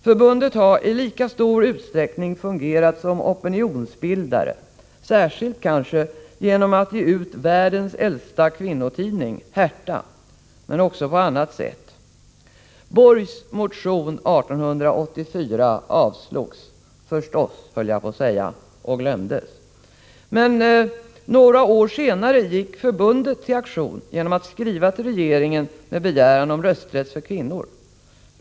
Förbundet har i lika stor utsträckning fungerat som opinionsbildare, särskilt kanske genom att förbundet har gett ut världens äldsta kvinnotidning, Hertha, men också på annat sätt. Borgs motion 1884 avslogs — förstås, skulle man kunna säga — och glömdes bort. Men några år senare gick förbundet till aktion genom att skriva till regeringen med begäran om rösträtt för kvinnor.